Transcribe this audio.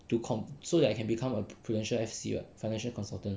to comm so that I can become a prudential F_C [what] financial consultant